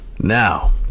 now